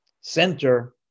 center